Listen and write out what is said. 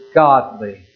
godly